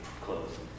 close